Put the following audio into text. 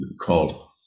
called